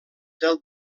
del